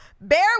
Bear